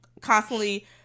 constantly